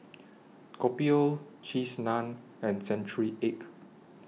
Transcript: Kopi O Cheese Naan and Century Egg